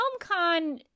HomeCon